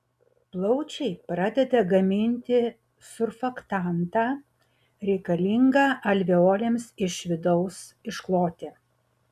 plaučiai pradeda gaminti surfaktantą reikalingą alveolėms iš vidaus iškloti